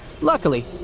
Luckily